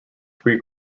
three